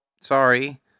Sorry